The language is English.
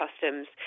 customs